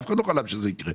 אף אחד לא חלם שזה יקרה.